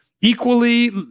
equally